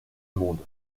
monde